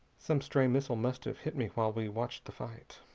some stray missile must have hit me while we watched the fight.